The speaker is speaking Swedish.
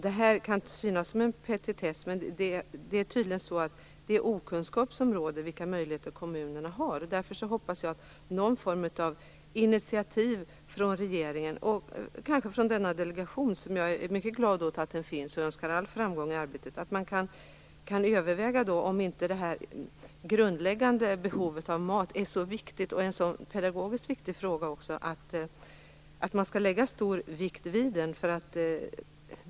Det kan synas som en petitess, men tydligen råder okunskap om vilka möjligheter kommunerna har. Jag hoppas därför på någon form av initiativ från regeringen, och från delegationen. Jag är mycket glad att den finns och önskar den all framgång i arbetet. Jag hoppas att man kan överväga om inte det grundläggande behovet av mat är så viktigt och en pedagogiskt så viktig fråga att man skall lägga stor vikt vid den.